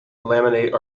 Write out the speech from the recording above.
laminate